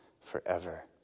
forever